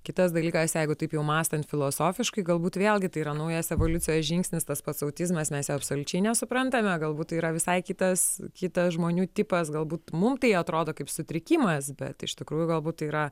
kitas dalykas jeigu taip jau mąstant filosofiškai galbūt vėlgi tai yra naujas evoliucijos žingsnis tas pats autizmas mes absoliučiai nesuprantame galbūt tai yra visai kitas kitas žmonių tipas galbūt mum tai atrodo kaip sutrikimas bet iš tikrųjų galbūt tai yra